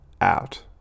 out